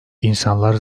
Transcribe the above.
i̇nsanlar